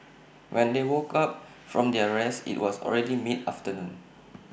when they woke up from their rest IT was already mid afternoon